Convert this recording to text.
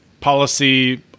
policy